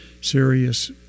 serious